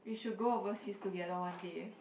we should go overseas together one day eh